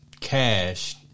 cash